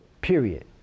period